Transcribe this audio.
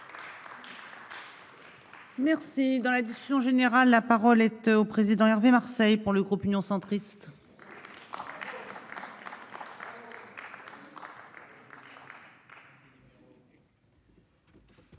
Merci dans la discussion générale, la parole est au président Hervé Marseille pour le groupe Union centriste.